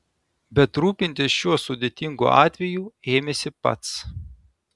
bet rūpintis šiuo sudėtingu atveju ėmėsi pats